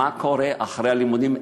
מה קורה אחרי הלימודים,